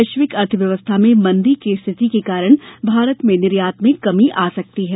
वैश्विक अर्थव्यवस्था में मंदी की स्थिति के कारण भारत में निर्यात में कमी आ सकती है